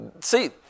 see